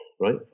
right